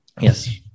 Yes